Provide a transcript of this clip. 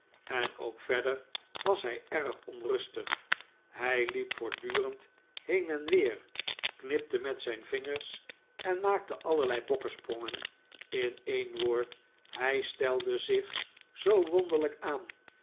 en ook verder was hij erg onrustig hij liep voortdurend heen en weer knipte met zijn vingers en maakte allerlei bokkesprongen in een woord hij stelde zich zoo wonderlijk aan